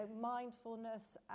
mindfulness